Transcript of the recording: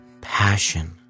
passion